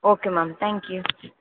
okay ma'am thank you